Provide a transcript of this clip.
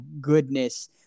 goodness